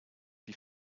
die